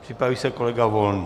Připraví se kolega Volný.